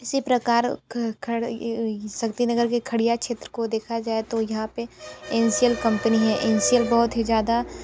इसी प्रकार खड़ खड़ शक्तिनगर के खड़िया क्षेत्र को देखा जाए तो यहाँ पे एन सी एल कंपनी है एन सी एल बहुत ही ज़्यादा